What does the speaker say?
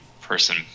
person